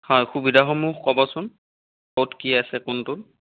হয় সুবিধাসমূহ ক'বচোন ক'ত কি আছে কোনটো